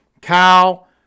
Kyle